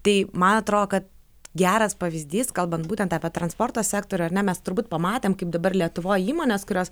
tai man atrodo kad geras pavyzdys kalbant būtent apie transporto sektorių ar ne mes turbūt pamatėm kaip dabar lietuvoj įmonės kurios